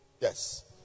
Yes